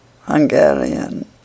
Hungarian